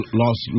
lost